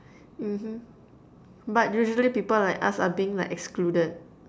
mmhmm but usually people like us are being like excluded